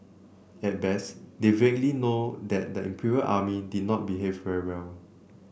at best they vaguely know that the Imperial Army did not behave very well